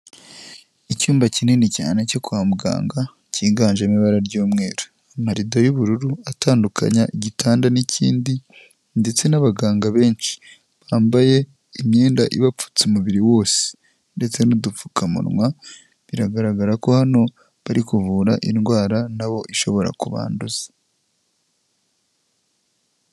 Icyumba kinini cyane cyo kwa muganga kiganjemo ibara ry'umweru. Amarido y'ubururu atandukanya igitanda n'ikindi ndetse n'abaganga benshi bambaye imyenda ibapfutse umubiri wose ndetse n'udupfukamunwa, biragaragara ko hano bari kuvura indwara na bo ishobora kubanduza.